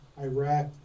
iraq